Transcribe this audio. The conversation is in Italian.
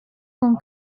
con